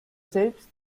selbst